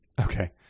Okay